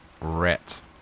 Rats